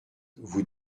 vous